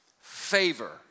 favor